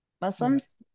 Muslims